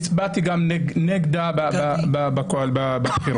הצבעתי גם נגדה בבחירות.